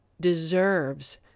deserves